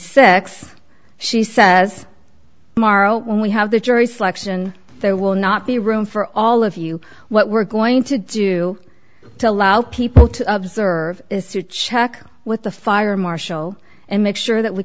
six she says tomorrow when we have the jury selection there will not be room for all of you what we're going to do to allow people to observe is to check with the fire marshal and make sure that we